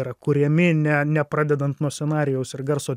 yra kuriami ne nepradedant nuo scenarijaus ir garso